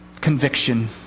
conviction